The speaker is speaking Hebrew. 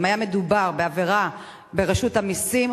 אם היה מדובר בעבירה ברשות המסים,